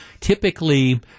Typically